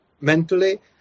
mentally